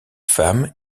femme